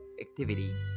activity